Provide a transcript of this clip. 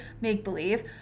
make-believe